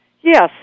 Yes